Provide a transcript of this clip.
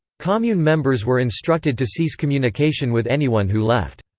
commune members were instructed to cease communication with anyone who left.